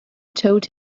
told